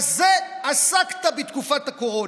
בזה עסקת בתקופת הקורונה.